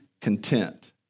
content